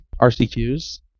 RCQs